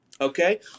Okay